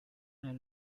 nel